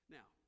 Now